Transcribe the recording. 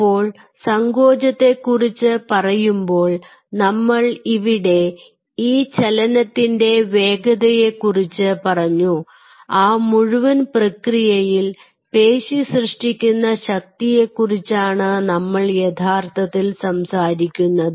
അപ്പോൾ സങ്കോചത്തെക്കുറിച്ച് പറയുമ്പോൾ നമ്മൾ ഇവിടെ ഈ ചലനത്തിൻറെ വേഗതയെ കുറിച്ച് പറഞ്ഞു ആ മുഴുവൻ പ്രക്രിയയിൽ പേശി സൃഷ്ടിക്കുന്ന ശക്തിയെക്കുറിച്ചാണ് നമ്മൾ യഥാർത്ഥത്തിൽ സംസാരിക്കുന്നത്